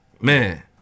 Man